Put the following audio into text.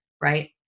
Right